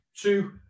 two